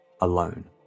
alone